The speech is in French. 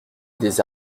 des